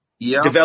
develop